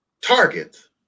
targets